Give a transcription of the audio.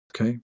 Okay